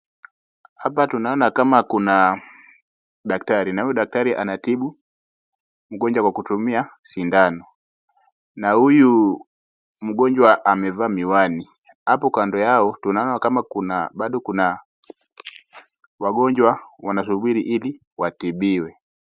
Hapa tunaona kama kuna daktari. Na huyu daktari anatibu mgonjwa kwa kutumia sindano. Na huyu mgonjwa amevaa miwani. Na hapo kando yao tunaona bado kuna wanangoja ili watibiwe.